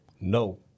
No